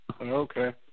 Okay